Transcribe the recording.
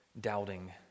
doubting